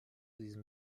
diesem